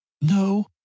No